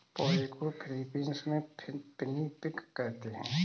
पोहे को फ़िलीपीन्स में पिनीपिग कहते हैं